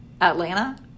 Atlanta